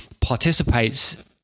participates